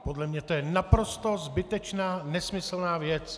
Podle mě to je naprosto zbytečná nesmyslná věc.